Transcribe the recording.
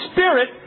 Spirit